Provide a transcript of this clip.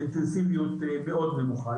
באינטנסיביות מאוד נמוכה.